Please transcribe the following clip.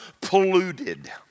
polluted